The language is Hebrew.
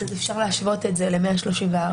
אפשר להשוות את זה ל-134ח.